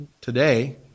today